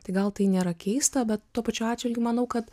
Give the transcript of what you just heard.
tai gal tai nėra keista bet tuo pačiu atžvilgiu manau kad